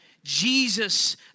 Jesus